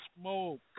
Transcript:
smoke